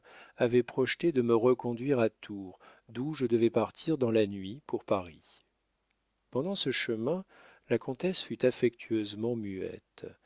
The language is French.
avaient projeté de me reconduire à tours d'où je devais partir dans la nuit pour paris pendant ce chemin la comtesse fut affectueusement muette